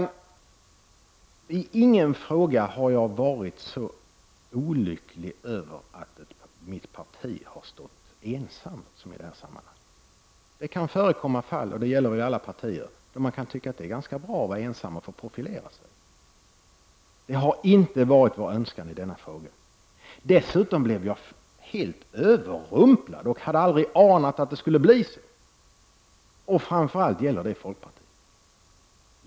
Inte i någon annan fråga har jag varit så olycklig över att mitt parti har stått ensamt. Det kan förekomma fall — det gäller alla partier — då man tycker att det är ganska bra att vara ensam och få profilera sig. Det har inte varit vår önskan i denna fråga. Dessutom blev jag helt överrumplad — 31 jag hade aldrig kunnat ana att det skulle bli så. Framför allt gäller det folkpartiet.